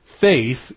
faith